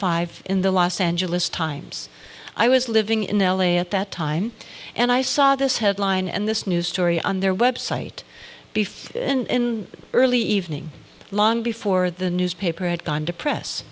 five in the los angeles times i was living in l a at that time and i saw this headline and this news story on their website before in early evening long before the newspaper had gone to press